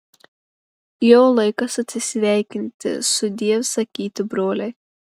jau laikas atsisveikinti sudiev sakyti broliai